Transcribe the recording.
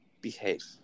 Behave